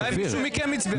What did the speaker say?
אולי מישהו מכם הצביע?